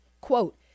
quote